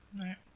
Right